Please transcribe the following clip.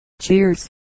Cheers